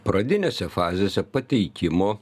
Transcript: pradinėse fazėse pateikimo